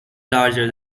larger